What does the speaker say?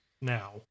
Now